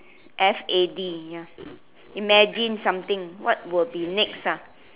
f a d ya imagine something what will be next ah